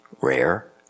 rare